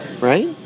right